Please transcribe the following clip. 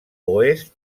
oest